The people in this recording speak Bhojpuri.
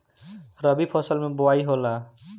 रबी फसल मे बोआई होला?